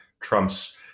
Trump's